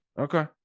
Okay